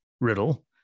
riddle